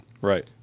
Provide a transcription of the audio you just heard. Right